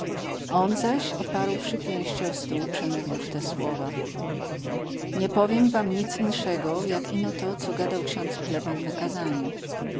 wszyscy on zaś oparłszy pięście o stół przemówił w te słowa nie powiem wam nic inszego jak ino to co gadał ksiądz pleban na kazaniu